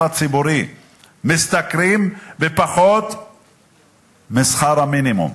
הציבורי שמשתכרים פחות משכר המינימום,